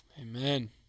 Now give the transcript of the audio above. Amen